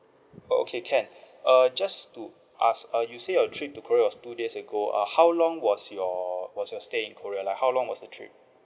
oh okay can err just to ask uh you say your trip to korea was two days ago uh how long was your was your stay in korea like how long was the trip